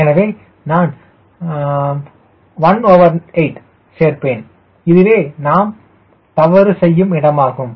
எனவே நான் 18 சேர்ப்பேன் இதுவே நாம் தவறு செய்யும் இடமாகும்